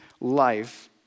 life